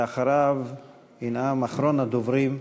ואחריו ינאם אחרון הדוברים,